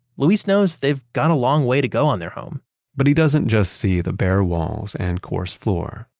luis knows they've got a long way to go on their home but he doesn't just see the bare walls and coarse floor.